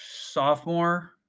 sophomore